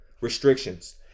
restrictions